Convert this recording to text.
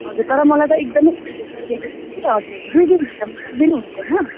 हजुर तर मलाई त एकदमै छिटो चाहिएको थियो कि हजुर दुई दिन भित्रमा सकिदिनु हुन्छ होइन